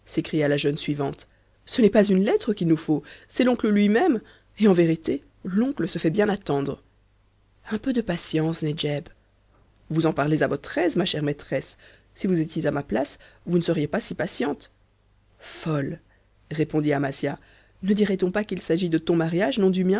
s'écria la jeune suivante ce n'est pas une lettre qu'il nous faut c'est l'oncle lui-même et en vérité l'oncle se fait bien attendre un peu de patience nedjeb vous en parlez à votre aise ma chère maîtresse si vous étiez a ma place vous ne seriez pas si patiente folle répondit amasia ne dirait-on pas qu'il s'agit de ton mariage non